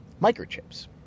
microchips